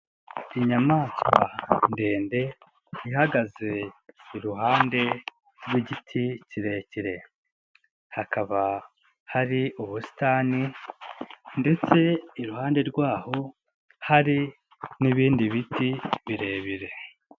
Inyamaswa ndende ihagaze iruhande rw'igiti kirekire, hakaba hari ubusitani ndetse iruhande rwaho hari n'ibindi biti birebire.